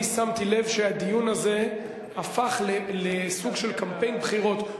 אני שמתי לב שהדיון הזה הפך לסוג של קמפיין בחירות.